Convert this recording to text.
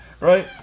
Right